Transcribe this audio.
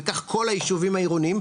וכך כל היישובים העירוניים,